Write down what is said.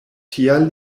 tial